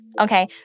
okay